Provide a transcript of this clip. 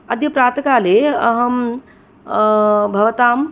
अद्य प्रातः काले अहं भवतां